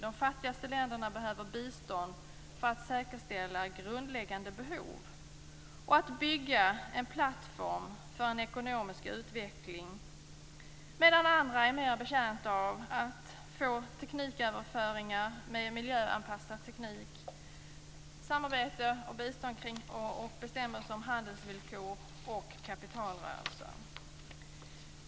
De fattigaste länderna behöver bistånd för att säkerställa grundläggande behov och bygga en plattform för en ekonomisk utveckling, medan andra är mer betjänta av tekniköverföringar med miljöanpassad teknik, samarbete och bestämmelser om handelsvillkor och kapitalrörelser.